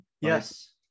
Yes